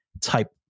type